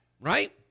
Right